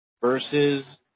versus